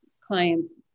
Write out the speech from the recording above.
clients